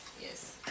Yes